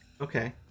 okay